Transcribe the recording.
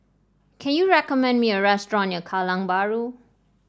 can you recommend me a restaurant near Kallang Bahru